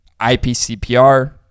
IPCPR